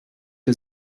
der